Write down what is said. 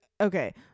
okay